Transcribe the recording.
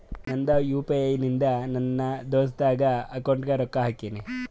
ನಂದ್ U P I ಇಂದ ನನ್ ದೋಸ್ತಾಗ್ ಅಕೌಂಟ್ಗ ರೊಕ್ಕಾ ಹಾಕಿನ್